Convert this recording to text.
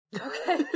Okay